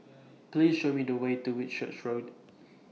Please Show Me The Way to Whitchurch Road